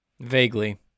Vaguely